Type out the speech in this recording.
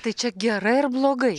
tai čia gerai ar blogai